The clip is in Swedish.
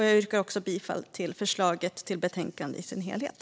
Jag yrkar också bifall till utskottets förslag i dess helhet.